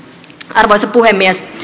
arvoisa puhemies